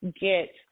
get